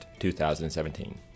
2017